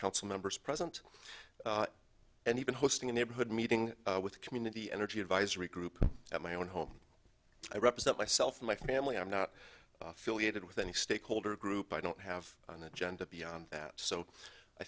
council members present and even hosting a neighborhood meeting with community energy advisory group at my own home i represent myself and my family i'm not affiliated with any stakeholder group i don't have an agenda beyond that so i